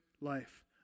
life